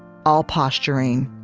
all posturing,